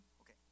Okay